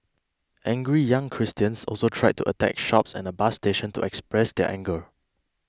angry young Christians also tried to attack shops and a bus station to express their anger